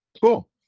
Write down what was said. Cool